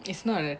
it's not that